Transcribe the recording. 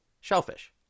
shellfish